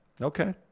Okay